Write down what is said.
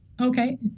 Okay